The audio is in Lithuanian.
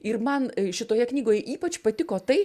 ir man šitoje knygoj ypač patiko tai